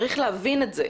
צריך להבין את זה,